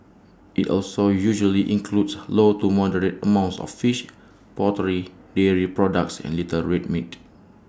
IT also usually includes low to moderate amounts of fish poultry dairy products and little red meat